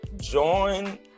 join